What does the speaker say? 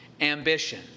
ambition